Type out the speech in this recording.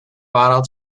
bottle